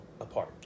apart